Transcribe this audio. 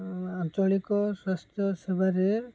ଆଞ୍ଚଳିକ ସ୍ୱାସ୍ଥ୍ୟ ସେବାରେ